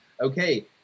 okay